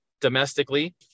domestically